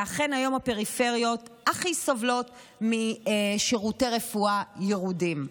ואכן היום הפריפריות הכי סובלות משירותי רפואה ירודים.